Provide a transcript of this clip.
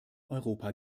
europa